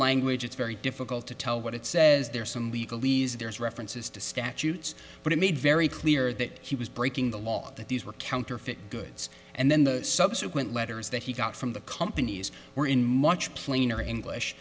language it's very difficult to tell what it says there's some legal ease there is references to statutes but it made very clear that he was breaking the law that these were counterfeit goods and then the subsequent letters that he got from the companies were in much plainer english